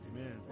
Amen